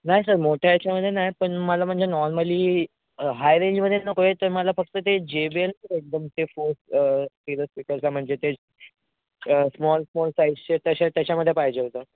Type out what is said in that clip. नाही सर मोठ्या याच्यामध्ये नाही पण मला म्हणजे नॉर्मली हाय रेंजमध्येच नको आहे तर मला फक्त ते जे बे लचं एकदम ते फोर स्पिकरचा म्हणजे ते स्मॉल स्मॉल साईश्शे तसे तशामध्ये पाहिजे होतं